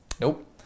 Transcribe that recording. Nope